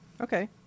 Okay